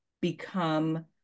become